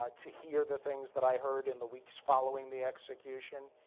ah to hear the things that i heard in the weeks following the execution.